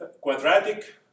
quadratic